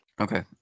Okay